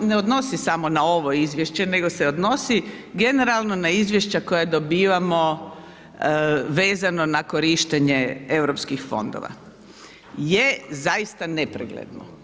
ne odnosi samo na ovo izvješće, nego se odnosi generalno na izvješća koja dobivamo vezano na korištenje Europskih fondova je zaista nepregledno.